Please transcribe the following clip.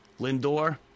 Lindor